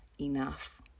enough